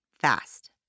fast